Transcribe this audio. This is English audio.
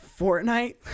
Fortnite